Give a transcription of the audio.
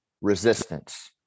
resistance